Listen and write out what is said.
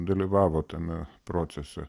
dalyvavo tame procese